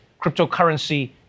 cryptocurrency